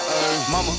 Mama